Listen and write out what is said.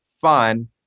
fun